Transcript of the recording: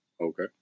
Okay